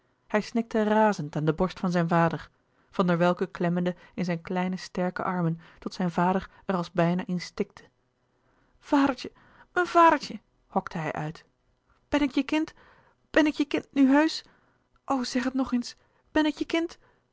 hij snikte razend aan de borst van zijn vader van der welcke klemmende in zijn kleine sterke armen tot zijn vader er als bijna in stikte vadertje mijn vadertje hokte hij uit louis couperus de boeken der kleine zielen ben ik je kind ben ik je kind nu heusch o zeg het nog eens ben ik je kind